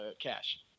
cash